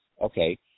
okay